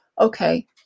Okay